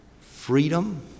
freedom